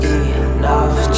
enough